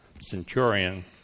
centurion